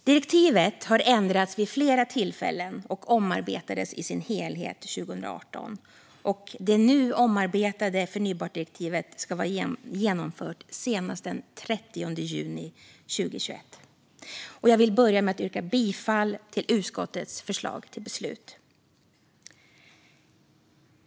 Direktivet har ändrats vid flera tillfällen och omarbetades i sin helhet 2018. Det nu omarbetade förnybartdirektivet ska vara genomfört senast den 30 juni 2021. Jag vill börja med att yrka bifall till utskottets förslag till beslut.